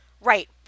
right